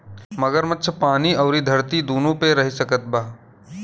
मगरमच्छ पानी अउरी धरती दूनो पे रह सकत बा